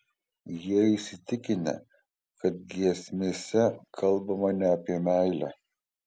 jie įsitikinę kad giesmėse kalbama ne apie meilę